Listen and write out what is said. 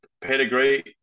pedigree